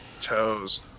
toes